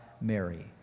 Mary